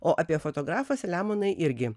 o apie fotografą selemonai irgi